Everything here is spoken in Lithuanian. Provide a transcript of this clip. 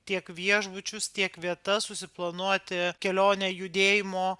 tiek viešbučius tiek vietas susiplanuoti kelionę judėjimo